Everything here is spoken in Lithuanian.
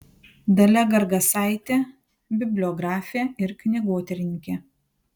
dalia gargasaitė bibliografė ir knygotyrininkė